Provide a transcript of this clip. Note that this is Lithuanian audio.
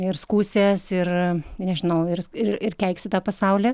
ir skųsies ir nežinau ir ir ir keiksi tą pasaulį